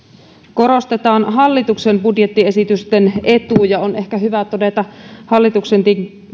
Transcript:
korostetaan hallituksen budjettiesitysten etuja on ehkä hyvä todeta